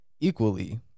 equally